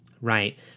Right